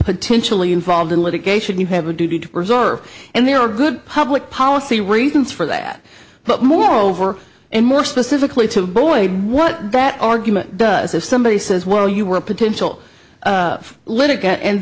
potentially involved in litigation you have a duty to preserve and there are good public policy reasons for that but moreover and more specifically to boy what that argument does if somebody says well you were a potential